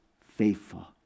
faithful